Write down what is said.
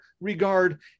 regard